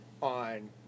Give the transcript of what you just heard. on